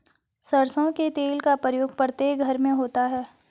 सरसों के तेल का प्रयोग प्रत्येक घर में होता है